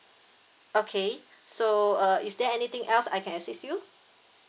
okay so uh is there anything else I can assist you